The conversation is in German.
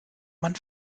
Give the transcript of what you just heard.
man